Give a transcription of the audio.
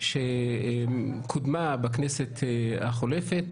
שקודמה בכנסת החולפת,